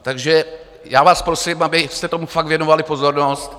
Takže já vás prosím, abyste tomu fakt věnovali pozornost.